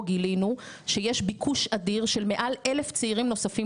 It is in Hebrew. שבו גילינו שיש ביקוש אדיר של מעל 1,000 צעירים נוספים